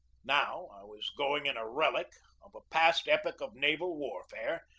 now i was going in a relic of a past epoch of naval warfare,